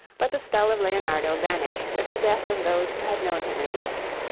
but the spell of leonardo vanished with the death of those who had known him in life.